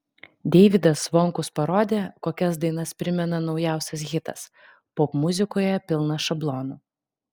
deivydas zvonkus parodė kokias dainas primena naujausias hitas popmuzikoje pilna šablonų